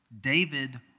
David